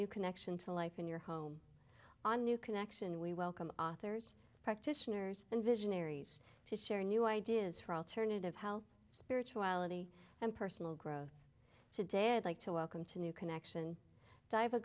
new connection to life in your home on new connection we welcome authors practitioners and visionaries to share new ideas for alternative health spirituality and personal growth today i'd like to welcome to new connection di